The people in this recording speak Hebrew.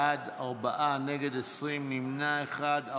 בעד, ארבעה, נגד, 20, נמנע אחד.